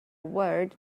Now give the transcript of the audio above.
word